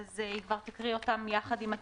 היא כבר תקריא אותם יחד עם התיקונים.